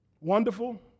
wonderful